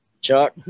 Chuck